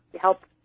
help